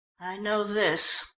know this,